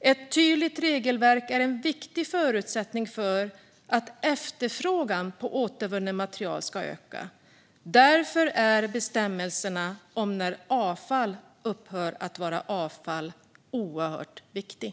Ett tydligt regelverk är en viktig förutsättning för att efterfrågan på återvunnet material ska öka. Därför är bestämmelserna om när avfall upphör att vara avfall oerhört viktiga.